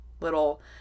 little